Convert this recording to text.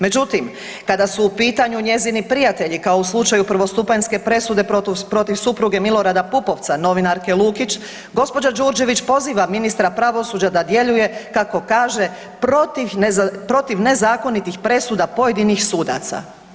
Međutim, kada su u pitanju njezini prijatelji, kao u slučaju prvostupanjske presude protiv supruge Milorada Pupovca, novinarke Lukić, gđa. Đuršević poziva ministra pravosuđa da djeluje, kako kaže protiv nezakonitih presuda pojedinih sudaca.